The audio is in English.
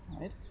Right